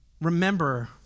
remember